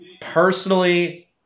personally